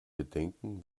bedenken